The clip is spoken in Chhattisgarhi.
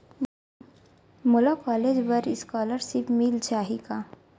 मोला कॉलेज बर स्कालर्शिप मिल जाही का?